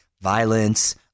violence